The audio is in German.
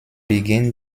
beginn